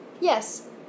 Yes